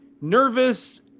nervous